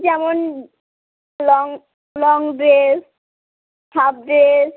যেমন long long dress half dress